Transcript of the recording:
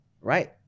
Right